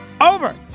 over